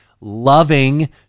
loving